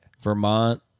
Vermont